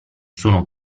sono